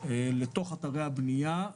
לתוך אתרי הבניה,